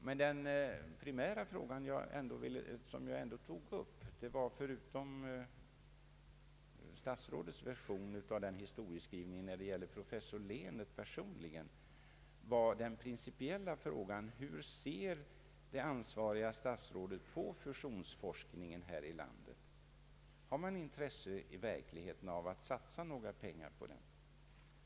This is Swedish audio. Men den primära frågan som jag tog upp, förutom statsrådets version av historieskrivningen beträffande professor Lehnert personligen, var av principiell natur: Hur ser det ansvariga statsrådet på fusionsforskningen här i landet? Har man i verkligheten intresse av att satsa några pengar på den?